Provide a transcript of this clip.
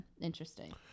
interesting